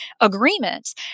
agreements